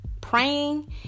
praying